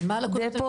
אז מה זה יפתור?